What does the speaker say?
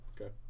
Okay